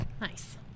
Nice